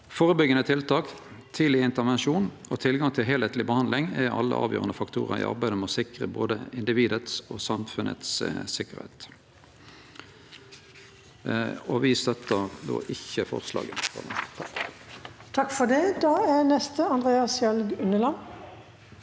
Førebyggjande tiltak, tidleg intervensjon og tilgang til heilskapleg behandling er alle avgjerande faktorar i arbeidet med å trygge både individet og samfunnet si sikkerheit. Me støttar då ikkje forslaget.